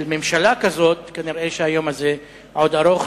של ממשלה כזו, כנראה היום הזה עוד רחוק.